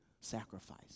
sacrifice